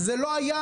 זה לא היה,